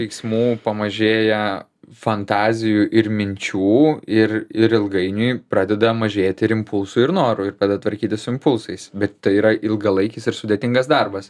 veiksmų pamažėja fantazijų ir minčių ir ir ilgainiui pradeda mažėt ir impulsų ir norų ir tada tvarkytis su impulsais bet tai yra ilgalaikis ir sudėtingas darbas